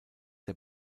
der